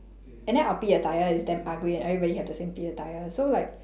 and then our P_E attire is damn ugly and everybody have the same P_E attire so like